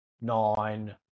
nine